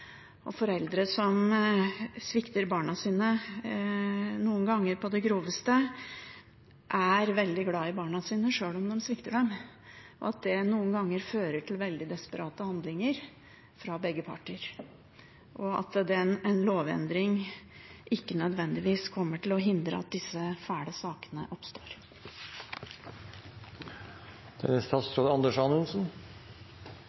at foreldre som svikter barna sine – noen ganger på det groveste – er veldig glad i barna sine, sjøl om de svikter dem. Det fører noen ganger til veldig desperate handlinger fra begge parter, og en lovendring kommer ikke nødvendigvis til å hindre at disse fæle sakene oppstår. Dette er en sak det